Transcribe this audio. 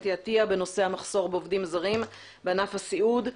אתי עטייה הכנסת בנושא המחסור בעובדים זרים בענף הסיעוד.